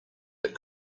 that